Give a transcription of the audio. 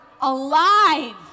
alive